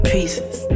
Pieces